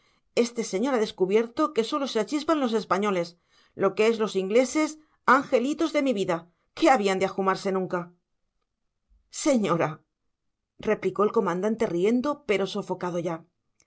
este señor ha descubierto que sólo se achispan los españoles lo que es los ingleses angelitos de mi vida qué habían de ajumarse nunca señora replicó el comandante riendo pero sofocado ya